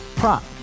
prop